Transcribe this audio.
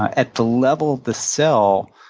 at the level of the cell,